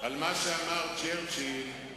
על מה שאמר צ'רצ'יל,